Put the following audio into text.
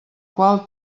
qual